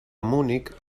munic